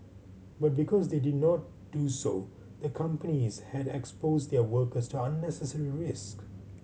but because they did not do so the companies had exposed their workers to unnecessary risk